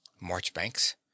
Marchbanks